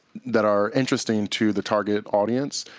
that are interesting to the target audience,